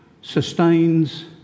sustains